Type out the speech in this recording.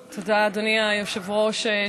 תודה, אדוני היושב-ראש.